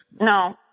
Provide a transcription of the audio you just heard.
No